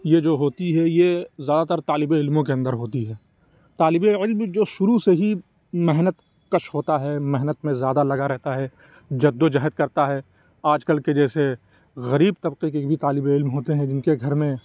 یہ جو ہوتی ہے یہ زیادہ تر طالب علموں کے اندر ہوتی ہے طالب علم جو شروع سے ہی محنت کش ہوتا ہے محنت میں زیادہ لگا رہتا ہے جد و جہد کرتا ہے آج کل کے جیسے غریب طبقے کے بھی طالب علم ہوتے ہیں جن کے گھر میں